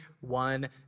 one